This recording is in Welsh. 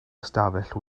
ystafell